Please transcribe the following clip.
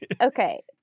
Okay